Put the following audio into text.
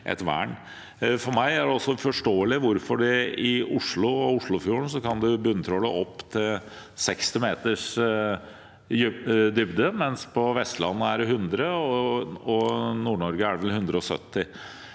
For meg er det uforståelig hvorfor man i Oslo og i Oslofjorden kan bunntråle i opp til 60 meters dybde, mens det på Vestlandet er 100 meter, og i Nord-Norge er det vel 170